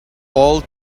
all